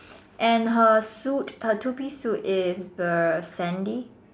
and her suit her two piece suit is the Sandy